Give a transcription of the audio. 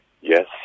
Yes